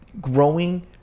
growing